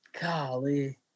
Golly